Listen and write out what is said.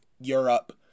europe